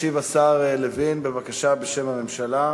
ישיב השר לוין, בבקשה, בשם הממשלה.